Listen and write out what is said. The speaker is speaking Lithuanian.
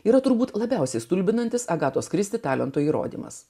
yra turbūt labiausiai stulbinantis agatos kristi talento įrodymas